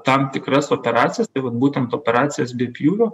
tam tikras operacijas tai vat būtent operacijas be pjūvio